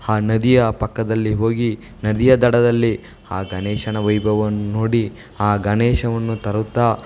ಆ ನದಿಯ ಪಕ್ಕದಲ್ಲಿ ಹೋಗಿ ನದಿಯ ದಡದಲ್ಲಿ ಆ ಗಣೇಶನ ವೈಭವವನ್ನು ನೋಡಿ ಆ ಗಣೇಶವನ್ನು ತರುತ್ತಾ